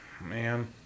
Man